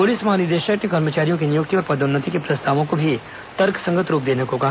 police महानिदेशक ने कर्मचारियों की नियुक्ति और पदोन्नति के प्रस्तावों को भी तर्क संगत रूप देने को कहा